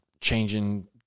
changing